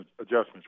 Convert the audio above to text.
adjustments